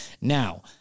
Now